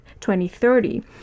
2030